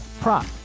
prop